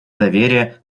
доверия